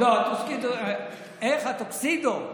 איך, הטוקסידו?